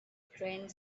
grand